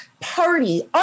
party